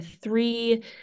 three